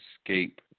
escape